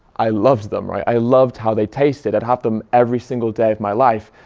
i loved them. right. i loved how they tasted, i'd have them every single day of my life.